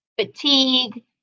fatigue